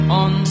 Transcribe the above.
on